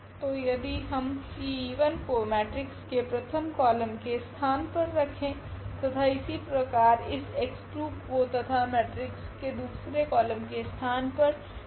तो यदि हम T को मेट्रिक्स के प्रथम कॉलम के स्थान पर रखे तथा इसी प्रकार इस x2 को तथा मेट्रिक्स के दूसरे कॉलम के स्थान पर T को